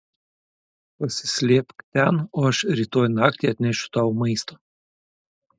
pasislėpk ten o aš rytoj naktį atnešiu tau maisto